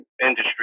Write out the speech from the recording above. industry